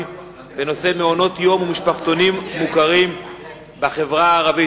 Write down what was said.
בנושא: מעונות-יום ומשפחתונים מוכרים בחברה הערבית,